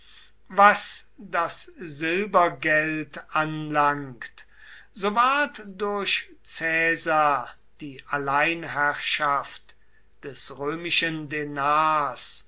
was das silbergeld anlangt so ward durch caesar die alleinherrschaft des römischen denars